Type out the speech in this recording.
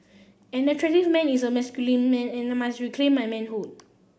an attractive man is a masculine man and my must reclaim my manhood